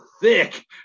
thick